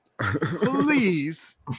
Please